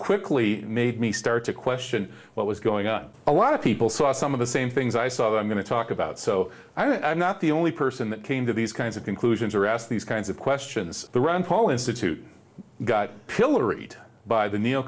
quickly made me start to question what was going on a lot of people saw some of the same things i saw them going to talk about so i'm not the only person that came to these kinds of conclusions or ask these kinds of questions the ron paul institute got pilloried by the n